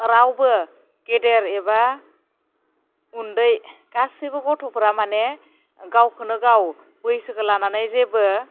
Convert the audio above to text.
रावबो गेदेर एबा उन्दै गासिबो गथ'फोरा माने गावखौनो गाव बैसोखौ लानानै जेबो